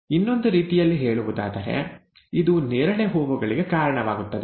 ಇನ್ನೊಂದು ರೀತಿಯಲ್ಲಿ ಹೇಳುವುದಾದರೆ ಇದು ನೇರಳೆ ಹೂವುಗಳಿಗೆ ಕಾರಣವಾಗುತ್ತದೆ